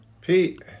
Pete